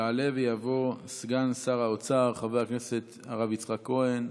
יעלה ויבוא סגן שר האוצר חבר הכנסת הרב יצחק כהן,